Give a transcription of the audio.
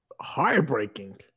heartbreaking